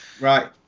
Right